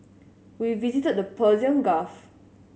we visited the Persian Gulf